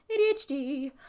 ADHD